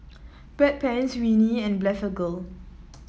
Bedpans Rene and Blephagel